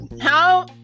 How-